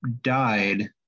died